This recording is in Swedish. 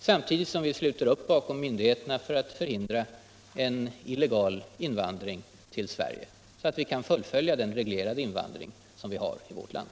Samtidigt bör vi sluta upp bakom myndigheterna för att förhindra en illegal invandring till Sverige, så att vi kan fullfölja den reglerade invandring som vi har till vårt land.